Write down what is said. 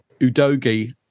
Udogi